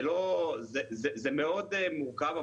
זה מאוד מורכב,